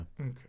Okay